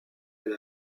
elle